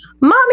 Mommy